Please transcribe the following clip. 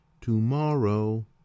tomorrow